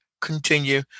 continue